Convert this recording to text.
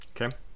Okay